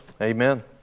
Amen